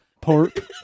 Pork